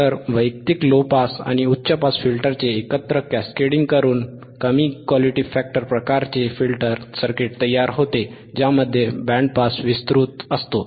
तर वैयक्तिक low pass आणि उच्च पास फिल्टर्सचे एकत्र कॅस्केडिंग करून कमी क्यू फॅक्टर प्रकारचे फिल्टर सर्किट तयार होते ज्यामध्ये बँड पास विस्तृत असतो